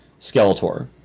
Skeletor